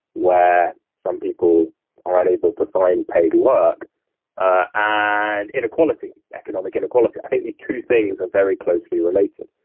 where some people are unable to find paid work and inequality, economic inequality. i think these two things are very closely related.